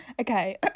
Okay